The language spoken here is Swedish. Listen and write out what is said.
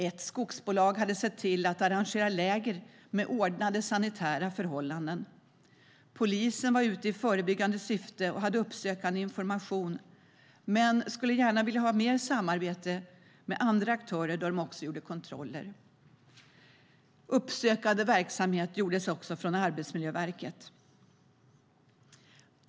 Ett skogsbolag hade sett till att arrangera läger med ordnade sanitära förhållanden. Polisen var ute i förebyggande syfte och hade uppsökande information men skulle gärna vilja ha mer samarbete med andra aktörer då de också gjorde kontroller. Uppsökande verksamhet bedrevs också från Arbetsmiljöverket.